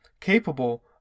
capable